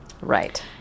Right